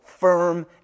Firm